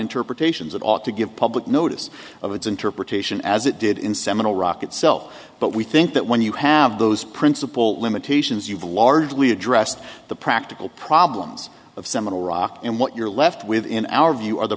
interpretations it ought to give public notice of its interpretation as it did in seminal rock itself but we think that when you have those principle limitations you've largely addressed the practical problems of seminal rock and what you're left with in our view the